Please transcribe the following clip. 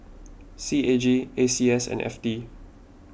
C A G A C S and F T